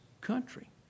country